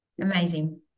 Amazing